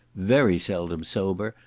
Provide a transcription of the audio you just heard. very seldom sober,